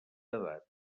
edat